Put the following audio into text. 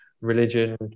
religion